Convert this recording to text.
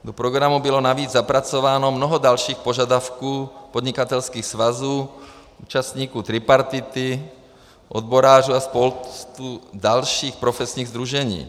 Do programu bylo navíc zapracováno mnoho dalších požadavků podnikatelských svazů, účastníků tripartity, odborářů a spousty dalších profesních sdružení.